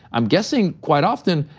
i'm guessing quite often,